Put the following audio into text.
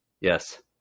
Yes